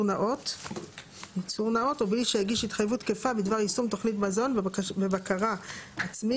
נאות או בלי שהגיש התחייבות תקפה בדבר יישום תוכנית מזון בבקרה עצמית,